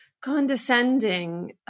condescending